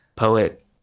Poet